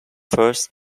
first